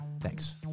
Thanks